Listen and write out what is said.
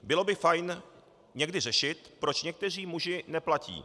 Bylo by fajn někdy řešit, proč někteří muži neplatí.